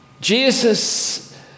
Jesus